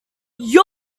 your